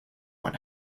when